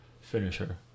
finisher